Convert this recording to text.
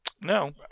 no